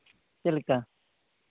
ᱪᱮᱫᱞᱮᱠᱟ